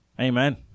Amen